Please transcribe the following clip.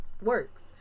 works